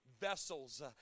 vessels